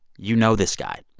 you know this guy.